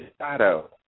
shadow